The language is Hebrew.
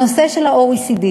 הנושא של ה-OECD,